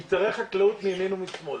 עם שרי חקלאות מימין ומשמאל.